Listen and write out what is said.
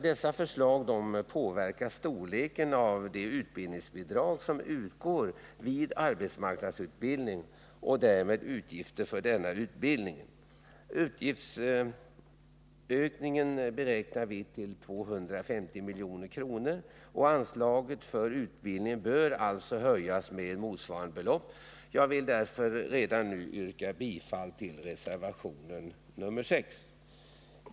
Dessa förslag påverkar storleken av de utbildningsbidrag som utgår vid arbetsmarknadsutbildningen och därmed utgifterna för denna utbildning. Utgiftsökningen beräknar vi till 250 milj.kr., och anslaget för utbildningen bör alltså höjas med motsvarande belopp. Jag vill därför redan nu yrka bifall till reservation nr 6.